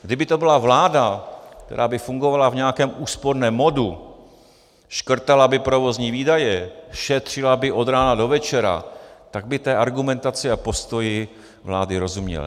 Kdyby to byla vláda, která by fungovala v nějakém úsporném modu, škrtala by provozní výdaje, šetřila by od rána do večera, tak bych té argumentaci a postoji vlády rozuměl.